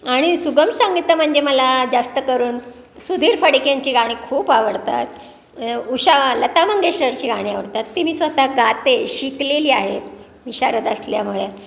आणि सुगम संगीत तर म्हणजे मला जास्त करून सुधीर फडकेंची गाणी खूप आवडतात उषा लता मंगेशकरची गाणी आवडतात ती मी स्वतः गाते शिकलेली आहेत विशारद असल्यामुळे